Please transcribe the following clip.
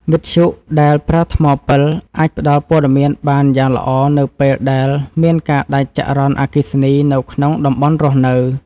វិទ្យុដែលប្រើថ្មពិលអាចផ្តល់ព័ត៌មានបានយ៉ាងល្អនៅពេលដែលមានការដាច់ចរន្តអគ្គិសនីនៅក្នុងតំបន់រស់នៅ។